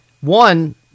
one